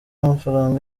amafaranga